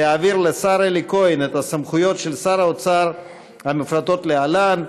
להעביר לשר אלי כהן את הסמכויות של שר האוצר המפורטות להלן,